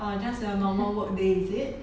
ah just your normal work day is it